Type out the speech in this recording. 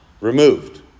Removed